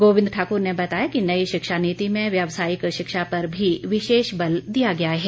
गोविंद ठाकुर ने बताया कि नई शिक्षा नीति में व्यवसायिक शिक्षा पर भी विशेष बल दिया गया है